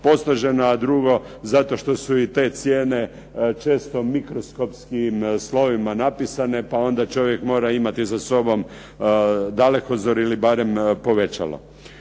a drugo zato što su i te cijene često mikroskopskim slovima napisane pa onda čovjek mora imati sa sobom dalekozor ili barem povećalo.